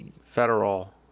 federal